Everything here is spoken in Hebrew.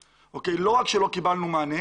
שלא קיבלנו מענה